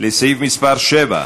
סעיף מס' 7,